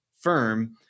firm